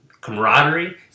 camaraderie